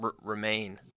remain